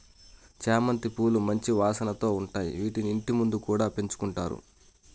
చామంతి పూలు మంచి వాసనతో ఉంటాయి, వీటిని ఇంటి ముందు కూడా పెంచుకుంటారు